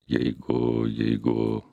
jeigu jeigu